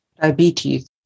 diabetes